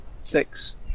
six